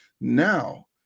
now